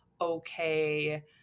okay